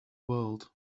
world